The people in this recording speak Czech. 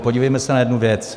Podívejme se na jednu věc.